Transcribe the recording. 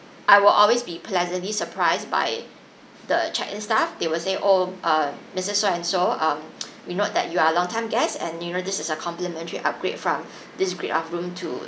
I will always be pleasantly surprised by the check in staff they will say oh uh missus so and so um we note that you are a long time guest and you know this is a complimentary upgrade from this grade of room to